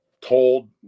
told